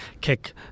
kick